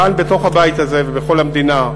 כאן בתוך הבית הזה ובכל המדינה,